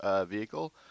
vehicle